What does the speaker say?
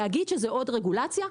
להגיד שזו עוד רגולציה?